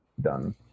done